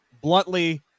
bluntly